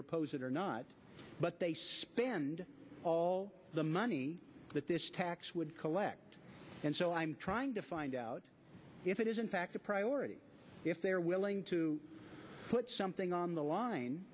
propose it or not but they spend all the money that this tax would collect and so i'm trying to find out if it is in fact a priority if they're willing to put something on the